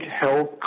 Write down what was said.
health